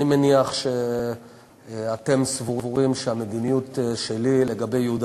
אני מניח שאתם סבורים שהמדיניות שלי לגבי יהודה